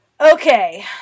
Okay